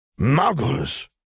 Muggles